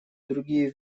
другие